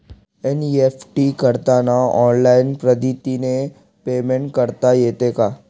NEFT करताना online पद्धतीने payment करता येते का?